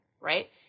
right